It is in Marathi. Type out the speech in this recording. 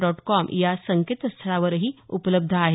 डॉट कॉम या संकेतस्थळावरही उपलब्ध आहे